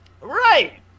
Right